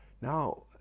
Now